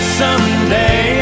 someday